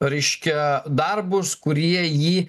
riškia darbus kurie jį